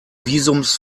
visums